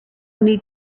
need